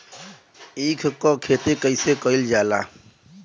ईख क खेती कइसे कइल जाला?